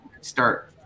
start